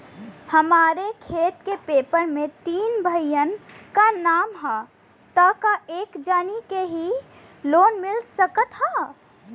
हमरे खेत के पेपर मे तीन भाइयन क नाम ह त का एक जानी के ही लोन मिल सकत ह?